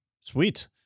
Sweet